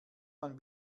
man